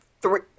Three